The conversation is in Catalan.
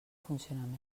funcionament